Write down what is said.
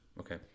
Okay